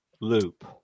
loop